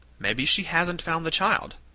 maybe she hasn't found the child,